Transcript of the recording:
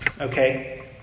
okay